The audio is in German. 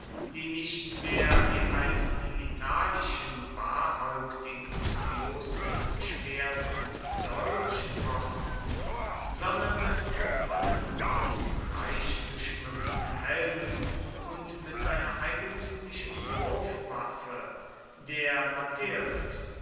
die nicht mehr wie einst die italischen barhäuptig und bloß mit schwert und dolch fochten sondern mit kupfernen oft reichgeschmückten helmen und mit einer eigentümlichen wurfwaffe der materis